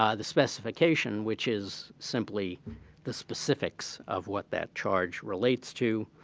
um the specification which is simply the specifics of what that charge relates to.